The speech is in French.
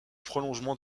prolongement